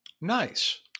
Nice